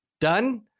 Done